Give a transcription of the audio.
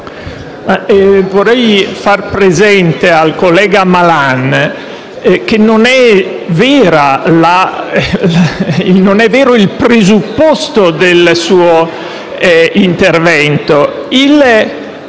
vorrei far presente al collega Malan che non è vero il presupposto del suo intervento.